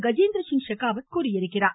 கஜேந்திரசிங் ஷெகாவத் தெரிவித்துள்ளார்